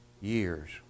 years